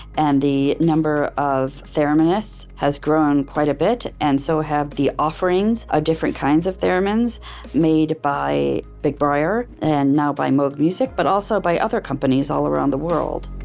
and the number of thereminists, has grown quite a bit and so have the offerings of different kinds of theremins made by big briar, and now by moog music, but also by other companies all around the world